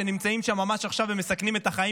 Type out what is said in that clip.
שנמצאים שם ממש עכשיו ומסכנים את החיים